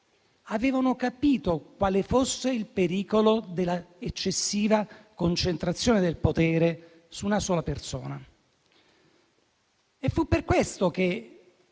avevano capito quale fosse il pericolo della eccessiva concentrazione del potere in una sola persona. Fu per questo che